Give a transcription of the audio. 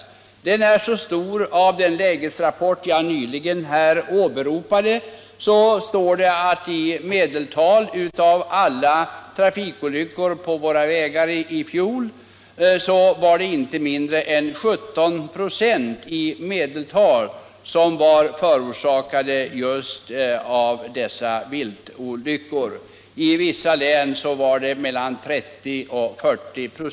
Ökningen är mycket stor, och i den lägesrapport jag nyss åberopade står det att av alla trafikolyckor på våra vägar i fjol inte mindre än i medeltal 17 96 var förorsakade just av vilt. I vissa län var det mellan 30 och 40 926.